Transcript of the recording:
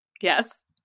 Yes